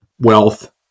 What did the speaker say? wealth